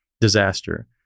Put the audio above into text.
disaster